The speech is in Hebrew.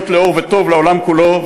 להיות לאור וטוב לעולם כולו.